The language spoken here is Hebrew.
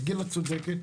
וגילה צודקת,